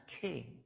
king